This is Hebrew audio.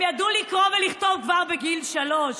הם ידעו לקרוא ולכתוב כבר בגיל שלוש.